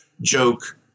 joke